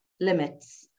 limits